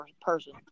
person